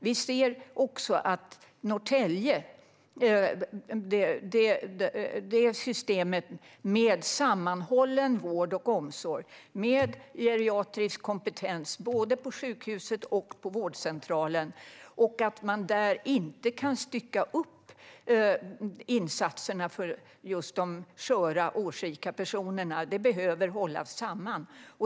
Vi ser också av systemet i Norrtälje, där man har sammanhållen vård och omsorg med geriatrisk kompetens både på sjukhuset och på vårdcentralen, att man inte ska stycka upp insatserna för just de sköra årsrika personerna. De behöver hållas samman.